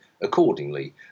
accordingly